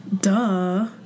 Duh